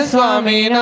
Swami